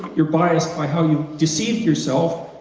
you're biased by how you deceive yourself,